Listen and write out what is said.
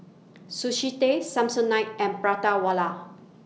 Sushi Tei Samsonite and Prata Wala